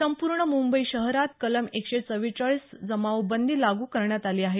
संपूर्ण मुंबई शहरात कलम एकशे चव्वेचाळीस जमावबंदी लागू करण्यात आली आहे